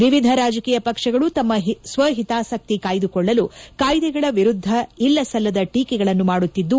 ವಿವಿಧ ರಾಜಕೀಯ ಪಕ್ಷಗಳು ತಮ್ಮ ಸ್ವಹಿತಾಸಕ್ತಿ ಕಾಯ್ದಕೊಳ್ಳಲು ಕಾಯ್ದೆಗಳ ವಿರುದ್ಧ ಇಲ್ಲಸಲ್ಲದ ಟೀಕೆಗಳನ್ನು ಮಾಡುತ್ತಿದ್ದು